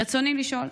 רצוני לשאול: